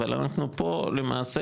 אבל אנחנו פה למעשה,